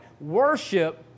worship